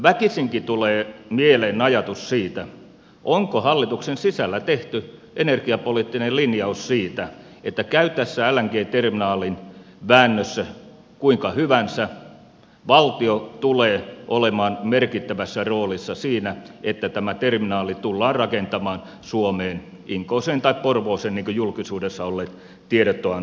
väkisinkin tulee mieleen ajatus siitä onko hallituksen sisällä tehty energiapoliittinen lin jaus siitä että käy tässä lng terminaalin väännössä kuinka hyvänsä valtio tulee olemaan merkittävässä roolissa siinä että tämä terminaali tullaan rakentamaan suomeen inkooseen tai porvooseen niin kuin julkisuudessa olleet tiedot ovat antaneet ymmärtää